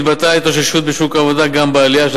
התבטאה ההתאוששות בשוק העבודה גם בעלייה של